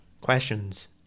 questions